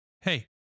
Hey